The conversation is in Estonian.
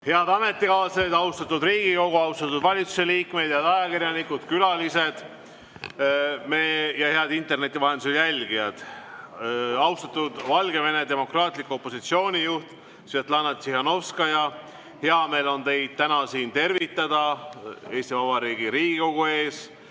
Head ametikaaslased! Austatud Riigikogu! Austatud valitsuse liikmed! Head ajakirjanikud, külalised ja interneti vahendusel jälgijad! Austatud Valgevene demokraatliku opositsiooni juht Svjatlana Tsihhanovskaja, hea meel on teid täna siin tervitada Eesti Vabariigi Riigikogu ees!